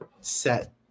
set